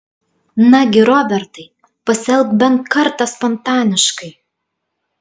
nagi robertai pasielk bent kartą spontaniškai